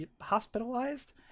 hospitalized